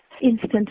instant